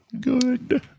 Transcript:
good